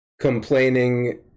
complaining